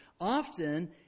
Often